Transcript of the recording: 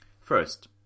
First